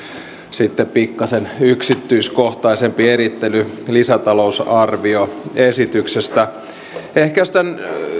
sitten pikkaisen yksityiskohtaisempi erittely lisäta lousarvioesityksestä ehkä jos tämän